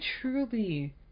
truly